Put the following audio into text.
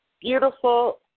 beautiful